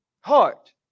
heart